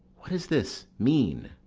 what does this mean,